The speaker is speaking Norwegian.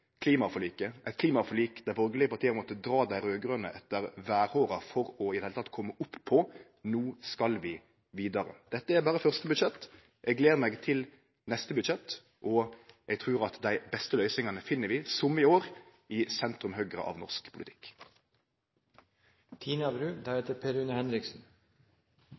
klimaforliket, eit klimaforlik der dei borgarlege partia måtte dra dei raud-grøne etter vêrhåra for i det heile å kome fram. No skal vi vidare. Dette er berre første budsjett. Eg gler meg til neste budsjett, og eg trur at dei beste løysingane finn vi, som i år, i sentrum-høgre av norsk